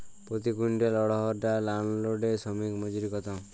প্রতি কুইন্টল অড়হর ডাল আনলোডে শ্রমিক মজুরি কত?